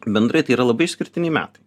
bendrai tai yra labai išskirtiniai metai